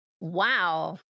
Wow